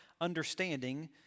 understanding